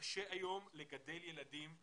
קשה לגדל ילדים בתפוצות,